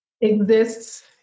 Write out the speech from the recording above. exists